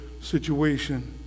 situation